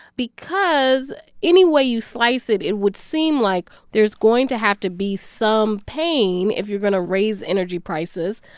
because any way you slice it, it would seem like there's going to have to be some pain if you're going to raise energy prices.